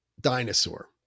Dinosaur